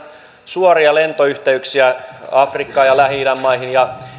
suoria lentoyhteyksiä afrikkaan ja lähi idän maihin ja